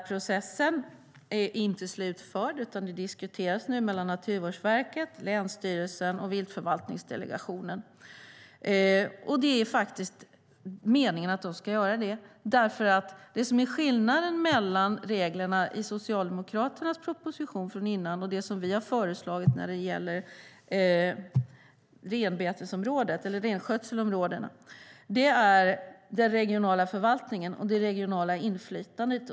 Processen är inte slutförd, utan det diskuteras nu mellan Naturvårdsverket, länsstyrelsen och viltförvaltningsdelegationen. Det är meningen att de ska göra det. Det som är skillnaden mellan reglerna i Socialdemokraternas proposition från tidigare och det som vi har föreslagit när det gäller renskötselområdena är den regionala förvaltningen och det regionala inflytandet.